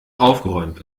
aufgeräumt